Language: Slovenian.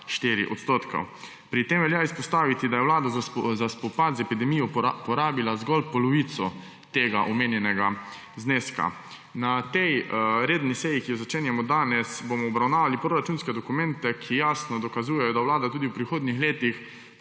8,4 %. Pri tem velja izpostaviti, da je Vlada za spopad z epidemijo porabila zgolj polovico tega omenjenega zneska. Na redni seji, ki jo začenjamo danes, bomo obravnavali proračunske dokumente, ki jasno dokazujejo, da Vlada tudi v prihodnjih letih